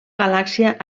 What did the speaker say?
galàxia